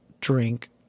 drink